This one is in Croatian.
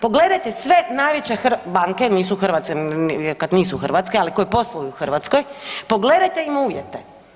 Pogledajte sve najveće banke, nisu hrvatske kad nisu hrvatske ali koje posluju u Hrvatskoj pogledajte im uvjete.